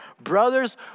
brothers